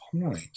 point